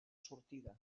sortida